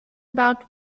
about